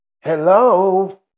Hello